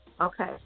Okay